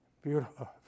Beautiful